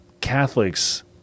Catholics